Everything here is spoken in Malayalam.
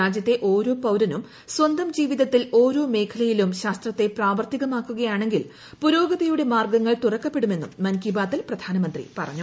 രാജ്യത്തെ ഓരോ പൌരനും സ്വന്തം ജീവിതത്തിൽ ഓരോ മേഖലയിലും ശാസ്ത്രത്തെ പ്രാവർത്തികമാക്കുകയാണ്ണെങ്കിൽ പുരോഗതിയുടെ മാർഗ്ഗങ്ങൾ തുറക്ക പ്പെടുമെന്ന് മൻ കി ബാതിൽ പ്രധാനമന്ത്രി ആഹ്വാനം ചെയ്തു